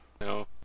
No